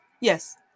Yes